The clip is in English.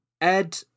Ed